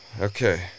Okay